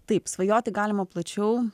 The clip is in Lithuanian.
taip svajoti galima plačiau